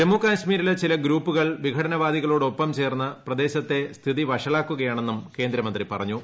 ജമ്മുകാശ്മീരിലെ ചില ഗ്രൂപ്പുകൾ വിഘടനവാദികളോടൊപ്പം ചേർന്ന് വഷളാക്കുകയാണെന്നും കേന്ദ്രമന്ത്രി പ്രറഞ്ഞു